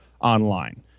online